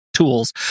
tools